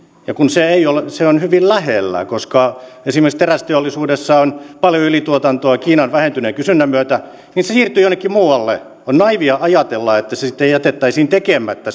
ja se on hyvin lähellä koska esimerkiksi terästeollisuudessa on paljon ylituotantoa kiinan vähentyneen kysynnän myötä niin se siirtyy jonnekin muualle on naiivia ajatella että se teräs sitten jätettäisiin tekemättä